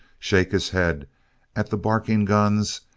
shake his head at the barking guns,